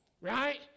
right